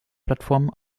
plattformen